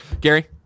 Gary